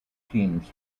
teams